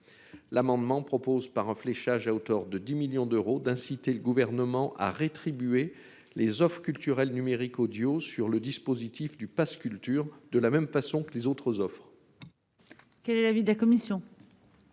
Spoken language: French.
l'amendement propose par un fléchage à hauteur de 10 millions d'euros d'inciter le gouvernement à rétribuer les Oeuvres culturelles numériques Audio sur le dispositif du Pass culture de la même façon que les autres offres.